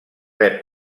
rep